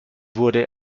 wurde